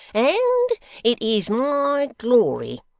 and it is my glory.